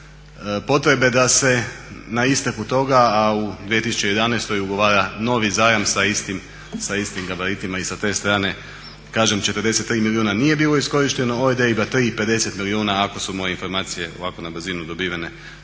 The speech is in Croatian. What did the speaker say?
potrebe da se na isteku toga, a u 2011. ugovora novi zajam sa istim gabaritima. I sa te strane kažem 43 milijuna nije bilo iskorišteno od EIB-a, …/Govornik se ne razumije./… 50 milijuna ako su moje informacije ovako na brzinu dobivene